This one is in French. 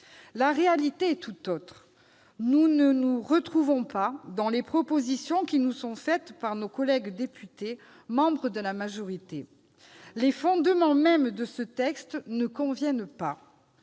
La réalité est tout autre : nous ne nous retrouvons pas dans les propositions qui nous sont faites par nos collègues députés membres de la majorité. À la vérité, les fondements mêmes de ce texte ne conviennent pas.